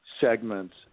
segments